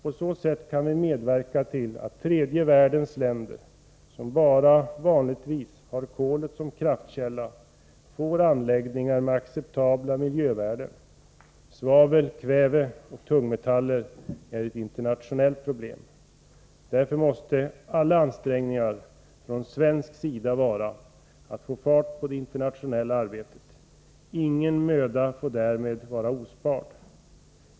På så sätt kan vi medverka till att tredje världens länder, som vanligtvis bara har kolet som kraftkälla, får anläggningar med acceptabla miljövärden. Svavel, kväve och tungmetaller är ett internationellt problem. Därför måste alla ansträngningar från svensk sida gå ut på att få fart på det internationella arbetet. Ingen möda får därvid vara ospard.